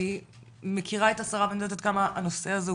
אני מכירה את השרה ואני יודעת עד כמה הנושא הזה,